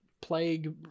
plague